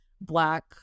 black